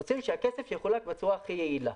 רוצים שהכסף יחולק בצורה הכי יעילה,